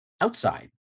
outside